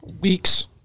weeks